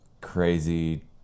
crazy